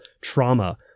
trauma